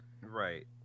right